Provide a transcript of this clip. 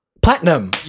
Platinum